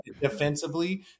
defensively